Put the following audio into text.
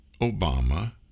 Obama